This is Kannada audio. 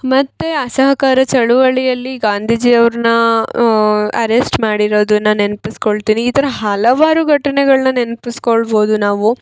ಮತ್ತು ಅಸಹಕಾರ ಚಳುವಳಿಯಲ್ಲಿ ಗಾಂಧೀಜಿ ಅವ್ರನ್ನ ಅರೆಸ್ಟ್ ಮಾಡಿರೊದನ್ನ ನೆನಪಿಸ್ಕೊಳ್ತೀನಿ ಈ ಥರ ಹಲವಾರು ಘಟನೆಗಳ್ನ ನೆನಪಿಸ್ಕೊಳ್ಬೌದು ನಾವು